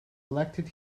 elected